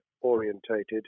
orientated